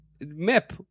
map